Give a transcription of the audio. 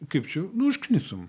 kaip čia nu užknisom